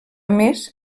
més